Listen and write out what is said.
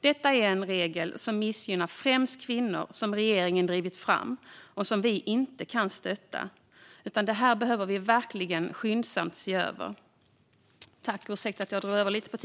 Detta är en regel som regeringen har drivit fram som missgynnar främst kvinnor och som vi inte kan stötta, utan det här behöver vi verkligen se över skyndsamt.